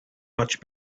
much